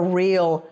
real